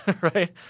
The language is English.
right